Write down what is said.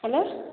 hello